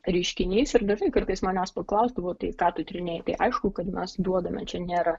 reiškinys ir dažnai kartais manęs paklausdavo tai ką tu tyrinėji tai aišku kad mes duodame čia nėra